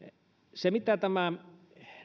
se mitä tämä